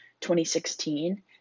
2016